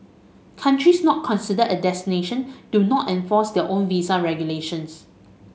countries not considered a destination do not enforce their own visa regulations